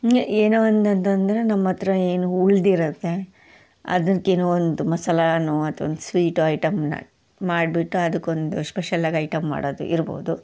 ಏನೋ ಒಂದು ಅಂತಂದರೆ ನಮ್ಮ ಹತ್ತಿರ ಏನು ಉಳಿದಿರತ್ತೆ ಅದಕ್ಕೇನೋ ಒಂದು ಮಸಾಲೆನೋ ಅಥವಾ ಒಂದು ಸ್ವೀಟೋ ಐಟಮ್ನ ಮಾಡಿಬಿಟ್ಟು ಅದಕ್ಕೊಂದು ಸ್ಪೆಷಲ್ಲಾಗಿ ಐಟಮ್ ಮಾಡೋದು ಇರ್ಬೋದು